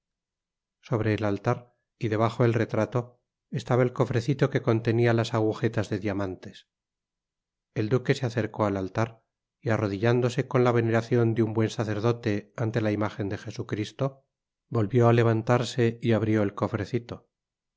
sobre el altar y debajo el retrato estaba el cofrecilo que contenía las agujetas de diamantes el duque se acercó al altar y arrodillándose con la veneracion de un buen sacerdote ante la imájen de jesucristo volvió á levantarse y abrió elcofrecito